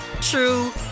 true